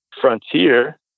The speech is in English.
frontier